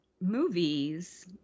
movies